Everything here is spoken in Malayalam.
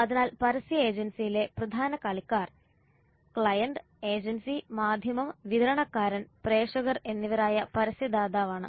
അതിനാൽ പരസ്യ ഏജൻസിയിലെ പ്രധാന കളിക്കാർ ക്ലയന്റ് ഏജൻസി മാധ്യമം വിതരണക്കാരൻ പ്രേക്ഷകർ എന്നിവരായ പരസ്യദാതാവാണ്